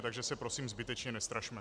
Takže se prosím zbytečně nestrašme.